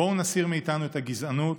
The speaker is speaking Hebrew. בואו נסיר מאיתנו את הגזענות,